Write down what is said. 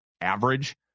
average